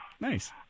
Nice